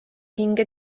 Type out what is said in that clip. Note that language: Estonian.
hinge